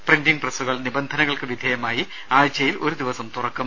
printing പ്രസ്സുകൾ നിബന്ധനകൾക്ക് വിധേയമായി ആഴ്ചയിൽ ഒരു ദിവസം തുറക്കും